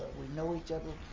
we know each other